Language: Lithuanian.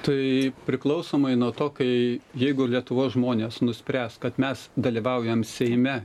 tai priklausomai nuo to kai jeigu lietuvos žmonės nuspręs kad mes dalyvaujam seime